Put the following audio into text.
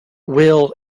will